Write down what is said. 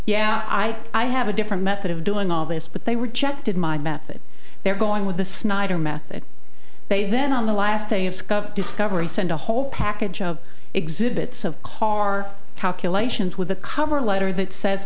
yeah i i have a different method of doing all this but they rejected my method they're going with the snyder method they then on the last day of scope discovery sent a whole package of exhibits of car calculations with a cover letter that says